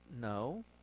no